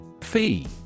Fee